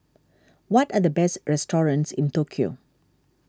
what are the best restaurants in Tokyo